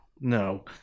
No